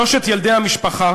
שלושת ילדי המשפחה,